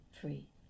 free